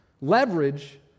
Leverage